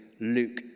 Luke